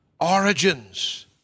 origins